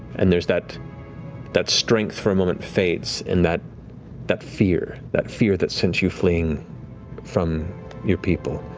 and there's that that strength for a moment fades, and that that fear, that fear that sent you fleeing from your people,